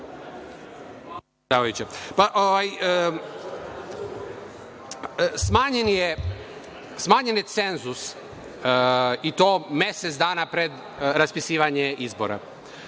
je cenzus i to mesec dana pred raspisivanje izbora.